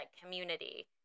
community